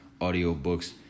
audiobooks